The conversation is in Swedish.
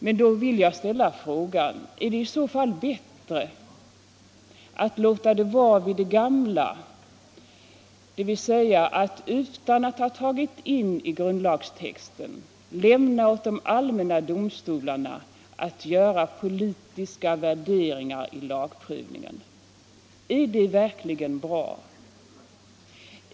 Men då vill jag ställa frågan: Är det i så fall bättre att låta det förbli vid det gamla, dvs. att utan att ha tagit in bestämmelserna i grundlagstexten lämna åt de allmänna domstolarna att göra politiska värderingar vid lagprövningen? Är det verkligen bra?